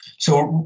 so,